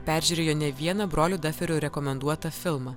peržiūrėjo ne vieną brolių daferių rekomenduotą filmą